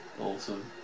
Awesome